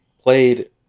played